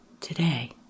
today